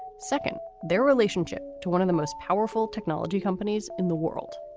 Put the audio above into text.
second, their relationship to one of the most powerful technology companies in the world